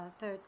Third